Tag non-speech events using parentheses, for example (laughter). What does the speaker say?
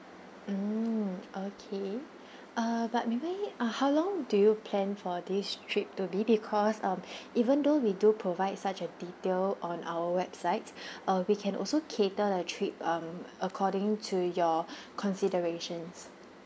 mm okay uh but maybe uh how long do you plan for this trip to be because um (breath) even though we do provide such a detail on our websites (breath) uh we can also cater a trip um according to your (breath) considerations